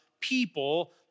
people